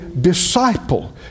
disciple